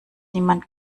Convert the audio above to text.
niemand